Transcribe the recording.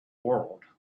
world